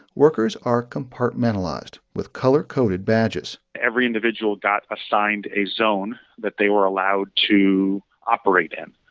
workers are compartmentalized with color-coded badges every individual got assigned a zone that they were allowed to operate in.